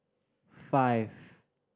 five